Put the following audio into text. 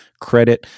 credit